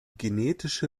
genetische